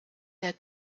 der